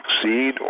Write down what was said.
succeed